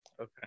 Okay